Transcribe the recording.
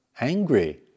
angry